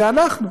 זה אנחנו,